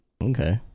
Okay